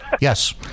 Yes